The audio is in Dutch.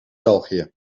belgië